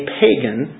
pagan